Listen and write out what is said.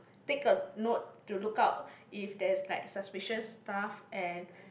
take a note to look out if there's like suspicious stuff and